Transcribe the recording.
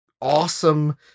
awesome